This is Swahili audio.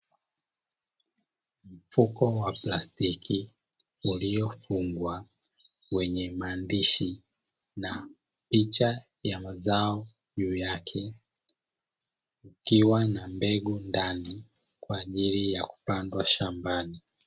Mfuko wa plastiki uliofungwa, wenye maandishi na picha ya mazao juu yake. Ukiwa na mbegu ndani kwa ajili ya kupandwa shambani.